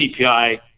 CPI